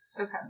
Okay